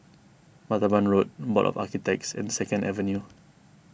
Martaban Road Board of Architects and Second Avenue